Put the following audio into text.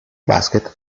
basket